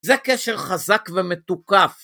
זה קשר חזק ומתוקף.